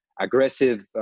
Aggressive